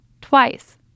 Twice